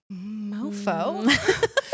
mofo